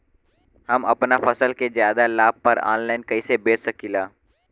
हम अपना फसल के ज्यादा लाभ पर ऑनलाइन कइसे बेच सकीला?